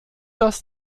das